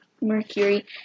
Mercury